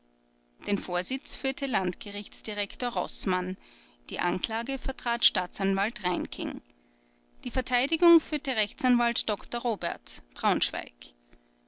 den vorsitz führte landgerichtsdirektor roßmann die anklage vertrat staatsanwalt reinking die verteidigung führte rechtsanwalt dr robert braunschweig